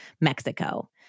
Mexico